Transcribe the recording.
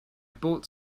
bought